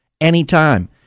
Anytime